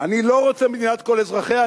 אני לא רוצה מדינת כל אזרחיה,